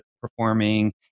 performing